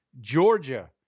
Georgia